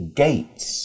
gates